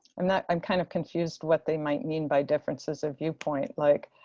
and that i'm kind of confused what they might mean by differences of viewpoint like